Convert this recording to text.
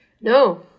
no